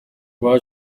iwacu